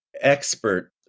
Expert